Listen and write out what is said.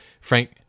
Frank